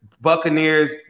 Buccaneers